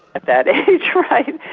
at that age right.